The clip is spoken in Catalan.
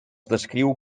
descriu